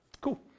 Cool